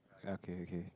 ya okay okay